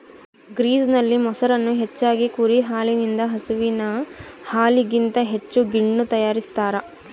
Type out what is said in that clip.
ಗ್ರೀಸ್ನಲ್ಲಿ, ಮೊಸರನ್ನು ಹೆಚ್ಚಾಗಿ ಕುರಿ ಹಾಲಿನಿಂದ ಹಸುವಿನ ಹಾಲಿಗಿಂತ ಹೆಚ್ಚು ಗಿಣ್ಣು ತಯಾರಿಸ್ತಾರ